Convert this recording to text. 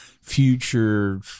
future